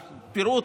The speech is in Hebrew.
עם פירוט,